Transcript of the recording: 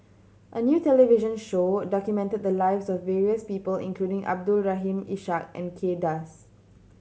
a new television show documented the lives of various people including Abdul Rahim Ishak and Kay Das